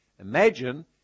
Imagine